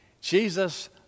Jesus